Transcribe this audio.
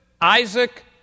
Isaac